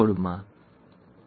બરાબર